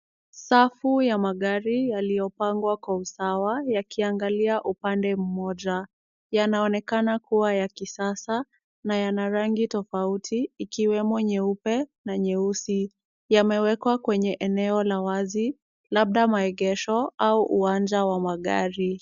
Safu ya magari yaliyopangwa kwa usawa yakiangalia upande mmoja. Yanaonekana kuwa ya kisasa na yana rangi tofauti ikiwemo nyeupe na nyeusi. Yamewekwa kwenye eneo la wazi, labda maegesho au uwanja wa magari.